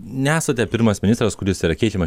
nesate pirmas ministras kuris yra keičiamas